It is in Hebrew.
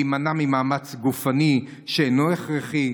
להימנע ממאמץ גופני שאינו הכרחי,